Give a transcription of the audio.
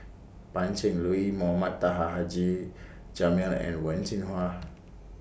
Pan Cheng Lui Mohamed Taha Haji Jamil and Wen Jinhua